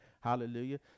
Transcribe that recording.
Hallelujah